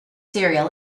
serial